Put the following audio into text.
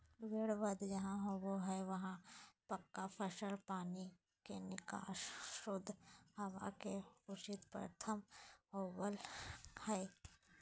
भेड़ वध जहां होबो हई वहां पक्का फर्श, पानी के निकास, शुद्ध हवा के उचित प्रबंध होवअ हई